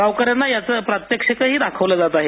गावकऱ्यांना याचं प्रात्यक्षिकही दाखवलं जात आहे